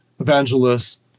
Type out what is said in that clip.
evangelists